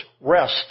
rest